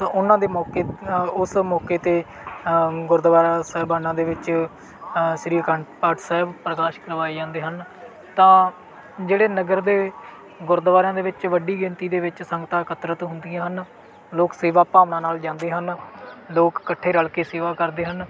ਤਾਂ ਉਹਨਾਂ ਦੇ ਮੌਕੇ ਅ ਉਸ ਮੌਕੇ 'ਤੇ ਗੁਰਦੁਆਰਾ ਸਾਹਿਬਾਨਾਂ ਅ ਦੇ ਵਿੱਚ ਸ਼੍ਰੀ ਅਖੰਡ ਪਾਠ ਸਾਹਿਬ ਪ੍ਰਕਾਸ਼ ਕਰਵਾਏ ਜਾਂਦੇ ਹਨ ਤਾਂ ਜਿਹੜੇ ਨਗਰ ਦੇ ਗੁਰਦੁਆਰਿਆਂ ਦੇ ਵਿੱਚ ਵੱਡੀ ਗਿਣਤੀ ਦੇ ਵਿੱਚ ਸੰਗਤਾਂ ਇਕੱਤਰਿਤ ਹੁੰਦੀਆਂ ਹਨ ਲੋਕ ਸੇਵਾ ਭਾਵਨਾ ਨਾਲ ਜਾਂਦੇ ਹਨ ਲੋਕ ਇਕੱਠੇ ਰਲ ਕੇ ਸੇਵਾ ਕਰਦੇ ਹਨ